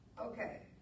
Okay